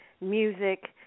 music